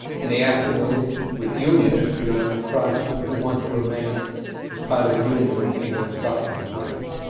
in the afternoon with unioners, predominantly protestant, who want to remain as part of the union with england, scotland, and wales.